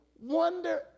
wonder